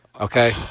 Okay